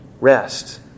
rest